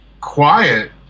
quiet